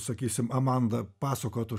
sakysim amanda pasakotų